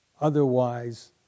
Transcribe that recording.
Otherwise